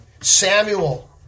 Samuel